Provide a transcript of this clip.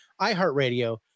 iHeartRadio